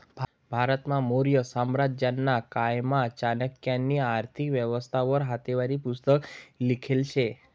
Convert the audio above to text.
भारतमा मौर्य साम्राज्यना कायमा चाणक्यनी आर्थिक व्यवस्था वर हातेवरी पुस्तक लिखेल शे